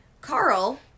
Carl